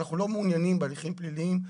אנחנו לא מעוניינים בהליכים פליליים,